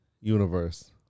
Universe